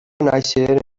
néixer